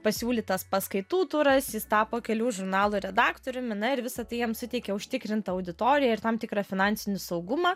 pasiūlytas paskaitų turas jis tapo kelių žurnalų redaktoriumi na ir visa tai jam suteikia užtikrintą auditoriją ir tam tikrą finansinį saugumą